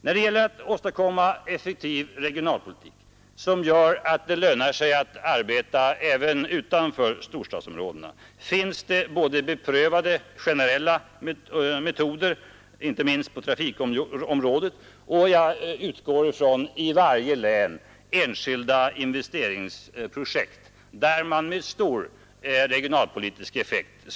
När det gäller att åstadkomma effektiv regionalpolitik som gör att det lönar sig att arbeta även utanför storstadsområdena finns det både beprövade, generella metoder inte minst på trafikområdet och, det utgår jag ifrån, i varje län enskilda investeringsprojekt, där pengarna skulle ge stor regionalpolitisk effekt.